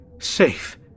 safe